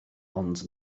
ond